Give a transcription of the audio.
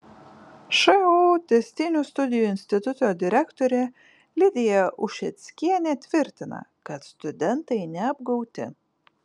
šu tęstinių studijų instituto direktorė lidija ušeckienė tvirtina kad studentai neapgauti